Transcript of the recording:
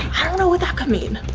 know what that could mean.